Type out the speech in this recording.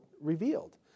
revealed